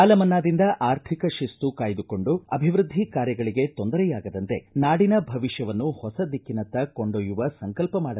ಸಾಲ ಮನ್ನಾದಿಂದ ಆರ್ಥಿಕ ಶಿಸ್ತು ಕಾಯ್ದಕೊಂಡು ಅಭಿವೃದ್ಧಿ ಕಾರ್ಯಗಳಿಗೆ ತೊಂದರೆಯಾಗದಂತೆ ನಾಡಿನ ಭವಿಷ್ಠವನ್ನು ಹೊಸ ದಿಕ್ಕಿನತ್ತ ಕೊಂಡೊಯ್ಯುವ ಸಂಕಲ್ಪ ಮಾಡಲಾಗಿದೆ ಎಂದರು